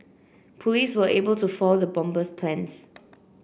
police were able to foil the bomber's plans